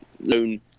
Loon